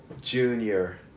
Junior